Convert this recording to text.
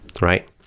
right